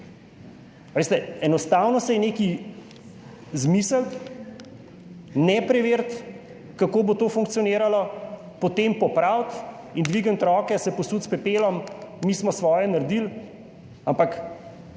te stroške? Enostavno si je nekaj izmisliti, ne preveriti, kako bo to funkcioniralo, potem popraviti in dvigniti roke, se posuti s pepelom, mi smo svoje naredili, ampak